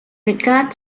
regard